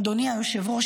אדוני היושב-ראש,